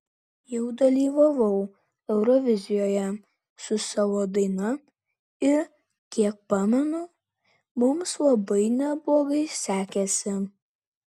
jau dalyvavau eurovizijoje su savo daina ir kiek pamenu mums labai neblogai sekėsi